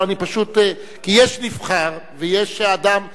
לא, אני פשוט, כי יש נבחר, ויש אדם בכיר.